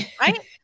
right